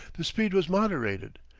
the speed was moderated.